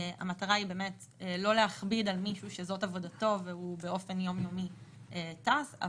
המטרה היא לא להכביד על מישהו שזאת עבודתו והוא באופן יומיומי טס,